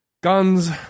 guns